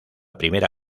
primera